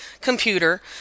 computer